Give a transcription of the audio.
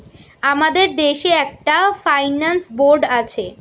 আমাদের দেশে একটা ফাইন্যান্স বোর্ড আছে